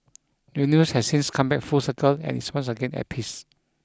universe has since come back full circle and is once again at peace